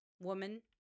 woman